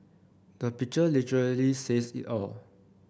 the picture literally says it all